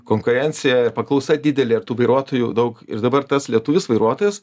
konkurencija ir paklausa didelė vairuotojų daug ir dabar tas lietuvis vairuotojas